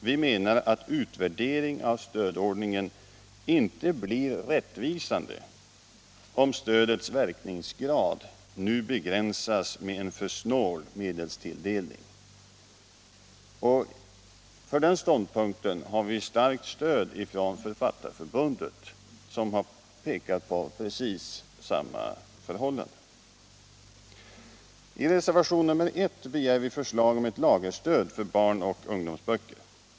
Vi menar att en utvärdering av stödordningen inte blir rättvisande om stödets verkningsgrad nu begränsas med en för snål medelstilldelning. Och för den ståndpunkten har vi starkt stöd ifrån Författarförbundet, som har pekat på precis samma förhållande. I reservation 1 begär vi förslag om ett lagerstöd för barnoch ungdomsböcker.